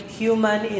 human